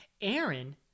Aaron